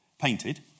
painted